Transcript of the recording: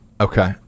Okay